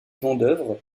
vendeuvre